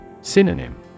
Synonym